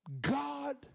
God